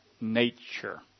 nature